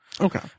Okay